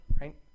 right